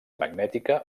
magnètica